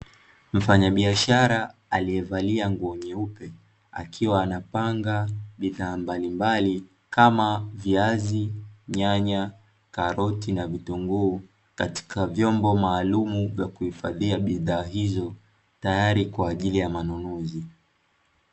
Mfanyabiashara aliyevalia nguo nyeupe akiwa anapanga bidhaa mbalimbali kama viazi, nyanya, karoti na vitunguu katika vyombo maalumu vya kuhifadhia bidhaa hizo, tayari kwaajili ya manunuzi.